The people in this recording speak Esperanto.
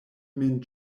min